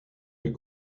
les